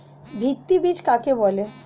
ভিত্তি বীজ কাকে বলে?